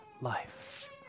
life